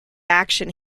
action